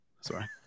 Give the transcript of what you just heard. Sorry